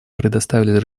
предоставили